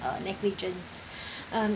uh negligence um